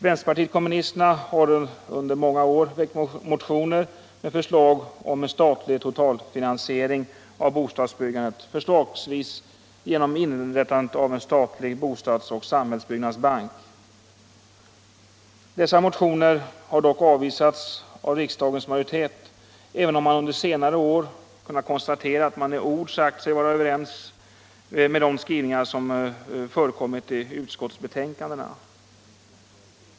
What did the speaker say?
Vänsterpartiet kommunisterna har under många år väckt motioner med förslag om en statlig totalfinansiering av bostadsbyggandet, förslagsvis genom inrättandet av en statlig bostadseller samhällsbyggnadsbank. Dessa motioner har dock avvisats av riksdagens majoritet, även om vi under senare år kan konstatera att man i ord sagt sig vara överens i de skrivningar som förekommit i utskottsbetänkandena.